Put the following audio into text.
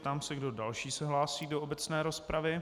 Ptám se, kdo další se hlásí do obecné rozpravy.